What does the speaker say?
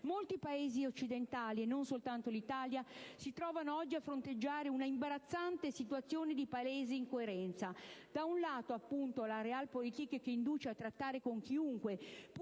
Molti Paesi occidentali - e non soltanto l'Italia - si trovano oggi a fronteggiare un'imbarazzante situazione di palese incoerenza: da un lato, la *Realpolitik* che induce a trattare con chiunque,